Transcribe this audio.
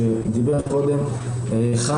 שדיבר קודם.